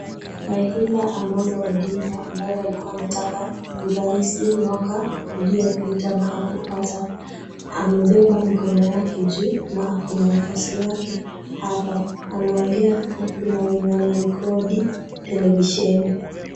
Raila Amolo Odinga, ambaye alikuwa anataka uraisi mwaka uliopita na hakupata, amebeba mikono yake juu na ako wafuasi wake hapa. Anaongea na kuna wenye wanarekodi televisheni.